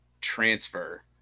transfer